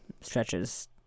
stretches